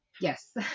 Yes